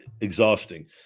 exhausting